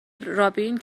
رابین